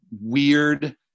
weird